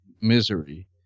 misery